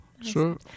Sure